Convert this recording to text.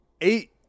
eight